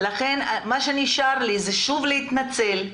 לכן מה שנשאר לי זה שוב להתנצל.